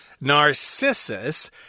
narcissus